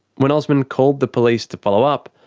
when osman called the police to follow up,